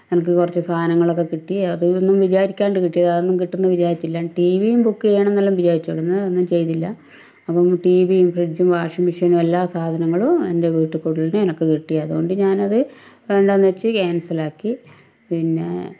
എനിക്ക് കുറച്ച് സാധനങ്ങളൊക്കെ കിട്ടി അതൊന്നും വിചാരിക്കാണ്ട് കിട്ടിയതാണ് അതൊന്നും കിട്ടും എന്ന് വിചാരിച്ചില്ല ടി വിയും ബുക്ക് ചെയ്യണം എന്നെല്ലം വിചാരിച്ചിരുന്നു അതൊന്നും ചെയ്തില്ല അപ്പം ടി വിയും ഫ്രിഡ്ജും വാഷിംഗ് മെഷീനും എല്ലാ സാധനങ്ങളും എൻ്റെ വീട്ടിക്കൂടലിന് എനിക്ക് കിട്ടി അതുകൊണ്ട് ഞാൻ അത് വേണ്ടയെന്ന് വച്ച് ക്യാൻസലാക്കി പിന്നേ